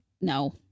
no